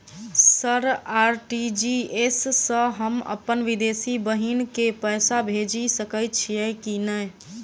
Sir RTGS सँ हम अप्पन विदेशी बहिन केँ पैसा भेजि सकै छियै की नै?